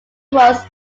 was